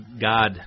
God